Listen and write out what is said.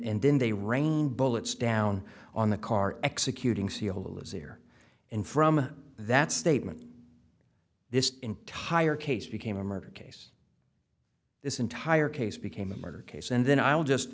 and then they rang bullets down on the car executing silda lives here and from that statement this entire case became a murder case this entire case became a murder case and then i'll just